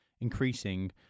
increasing